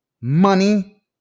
money